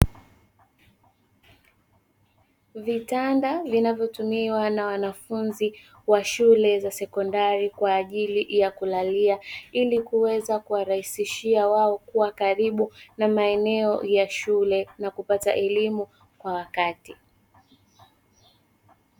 Vitanda vinavyotumiwa na wanafunzi wa shule za sekondari kwa ajili ya kulalia, ili kuweza kuwarahisishia wao kuwa karibu na maeneo ya shule na kupata elimu kwa wakati.